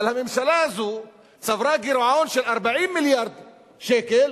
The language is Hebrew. אבל הממשלה הזאת צברה גירעון של 40 מיליארד שקל